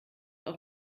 auf